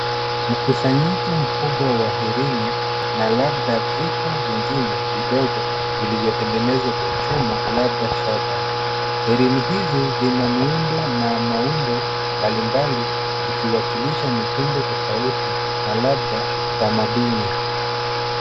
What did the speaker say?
Mkusanyiko mkubwa wa herini na labda vito vingine vidogo vilivyotengenezwa kwa chuma labda shaba. Herini hizi zina miundo na maumbo mbalimbali vikiwalilisha mitindo tofauti na labda tamaduni.